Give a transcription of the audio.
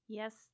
yes